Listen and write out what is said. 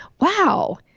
wow